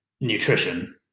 nutrition